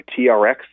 TRX